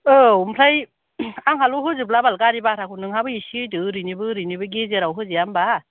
औ आमफ्राय आंहाल' होजोबला बाल गारि भाराखौ नोंहबो एसे होदो ओरैनिबो ओरैनिबो गेजेराव होजाया होमबा